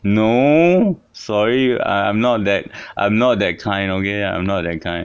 no sorry I'm not that I'm not that kind okay I'm not that kind